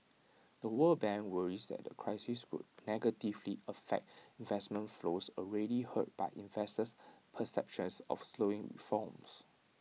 the world bank worries that the crisis could negatively affect investment flows already hurt by investor perceptions of slowing reforms